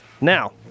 Now